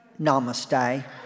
Namaste